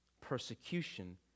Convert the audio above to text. Persecution